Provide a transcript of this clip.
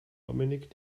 dominik